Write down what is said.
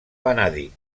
vanadi